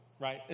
right